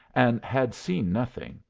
and had seen nothing,